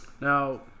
Now